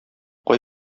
кай